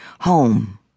home